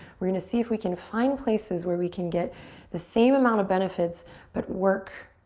we're gonna see if we can find places where we can get the same amount of benefits but work